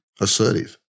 assertive